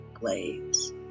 blades